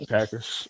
Packers